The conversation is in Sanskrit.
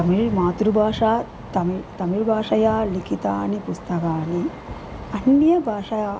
तमिळ् मातृभाषा तमिळ् तमिळ् भाषया लिखितानि पुस्तकानि अन्यभाषया